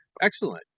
Excellent